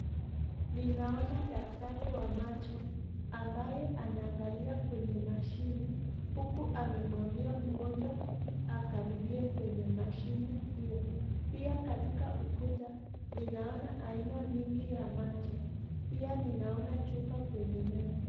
Ninaona daktari wa macho ambaye anangalilia kwenye mashini huku amemwambia mgonjwa akaribie kwenye mashini hiyo, pia katika ukuta ninaona aina mingi ya macho pia ninaona chupa kwenye meza.